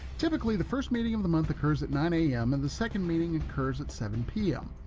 typically the first meeting of the month occurs at nine am in the second meeting occurs at seven pm.